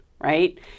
right